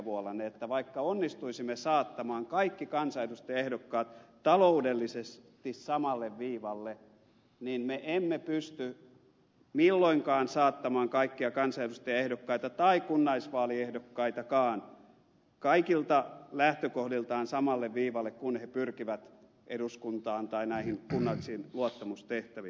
vuolanne että vaikka onnistuisimme saattamaan kaikki kansanedustajaehdokkaat taloudellisesti samalle viivalle niin me emme pysty milloinkaan saattamaan kaikkia kansanedustajaehdokkaita tai kunnallisvaaliehdokkaitakaan kaikilta lähtökohdiltaan samalle viivalle kun he pyrkivät eduskuntaan tai näihin kunnallisiin luottamustehtäviin